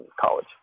college